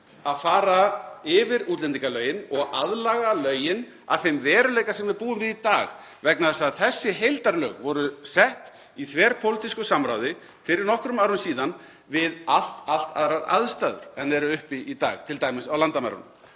að fara yfir útlendingalögin og aðlaga lögin að þeim veruleika sem við búum við í dag vegna þess að þessi heildarlög voru sett í þverpólitísku samráði fyrir nokkrum árum síðan við allt aðrar aðstæður en eru uppi í dag, t.d. á landamærunum.